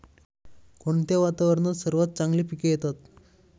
कोणत्या वातावरणात सर्वात चांगली पिके येतात?